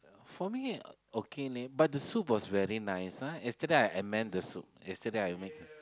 for me okay leh but the soup was very nice lah yesterday I mean the soup yesterday I mean